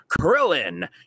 Krillin